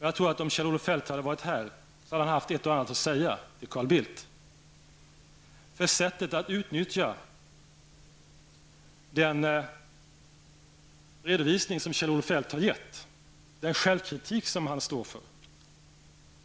Jag tror att om Kjell-Olof Feldt hade varit här, så hade han haft ett och annat att säga till Carl Bildt om sättet att utnyttja den redovisning som Kjell-Olof Feldt har gett, den självkritik som han står för.